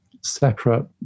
separate